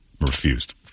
Refused